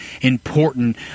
important